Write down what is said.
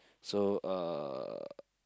so uh